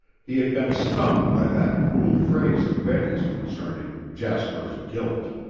he had been stung by that cool phrase of betty's concerning jasper's guilt.